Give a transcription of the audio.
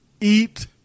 eat